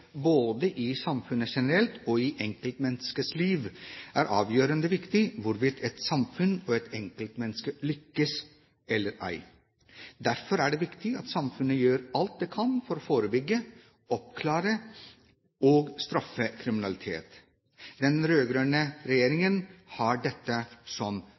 både i samfunnet generelt, og i enkeltmenneskets liv, er avgjørende viktig for hvorvidt et samfunn og et enkeltmenneske lykkes eller ei. Derfor er det viktig at samfunnet gjør alt det kan for å forebygge, oppklare og straffe kriminalitet. Den rød-grønne regjeringen har dette som